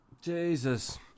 Jesus